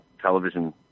television